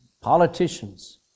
politicians